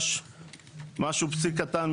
הוא פסיק קטן.